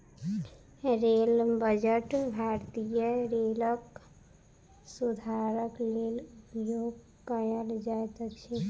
rail budget भारतीय रेलक सुधारक लेल उपयोग कयल जाइत अछि